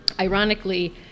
ironically